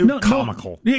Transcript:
Comical